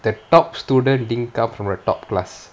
the top student didn't come from the top class